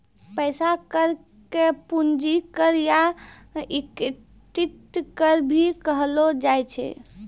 पैसा कर के पूंजी कर या इक्विटी कर भी कहलो जाय छै